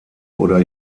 oder